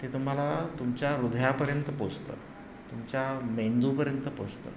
ते तुम्हाला तुमच्या हृदयापर्यंत पोचतं तुमच्या मेंदूपर्यंत पोचतं